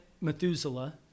Methuselah